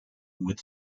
with